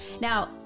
Now